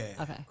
Okay